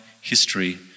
history